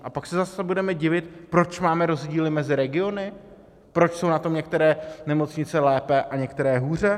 A pak se zase budeme divit, proč máme rozdíly mezi regiony, proč jsou na tom některé nemocnice lépe a některé hůře.